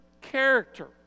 character